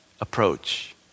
approach